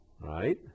right